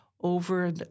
over